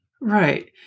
Right